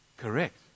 correct